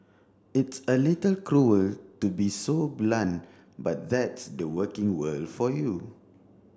it's a little cruel to be so blunt but that's the working world for you